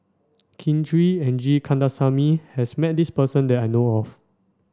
Kin Chui and G Kandasamy has met this person that I know of